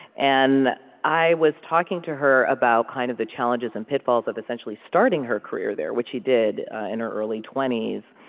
and i was talking to her about kind of the challenges and pitfalls of essentially starting her career there, which she did in her early twenty s.